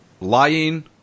lying